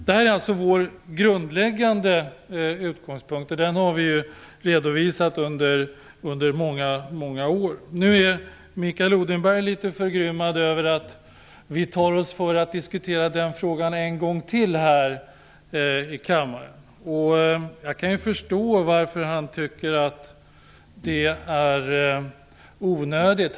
Det här är alltså vår utgångspunkt, och den har vi redovisat under många år. Nu är Mikael Odenberg litet förgrymmad över att vi tar oss för att diskutera den frågan en gång till här i kammaren. Jag kan förstå varför han tycker att det är onödigt.